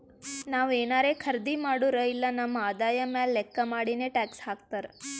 ನಾವ್ ಏನಾರೇ ಖರ್ದಿ ಮಾಡುರ್ ಇಲ್ಲ ನಮ್ ಆದಾಯ ಮ್ಯಾಲ ಲೆಕ್ಕಾ ಮಾಡಿನೆ ಟ್ಯಾಕ್ಸ್ ಹಾಕ್ತಾರ್